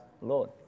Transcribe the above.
Lord